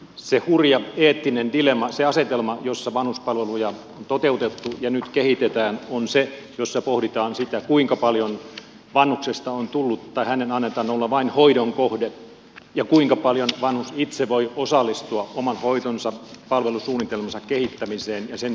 se hurja eettinen dilemma se asetelma jossa vanhuspalveluja on toteutettu ja nyt kehitetään on se jossa pohditaan sitä kuinka paljon vanhuksesta on tullut tai hänen annetaan olla vain hoidon kohde ja kuinka paljon vanhus itse voi osallistua oman hoitonsa palvelusuunnitelmansa kehittämiseen ja sen laatimiseen